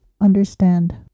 understand